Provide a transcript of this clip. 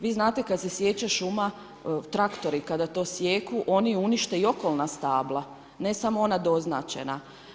Vi znate kad se siječe šuma, traktori kada to sijeku, oni unište i okolna stabla, ne samo ona doznačena.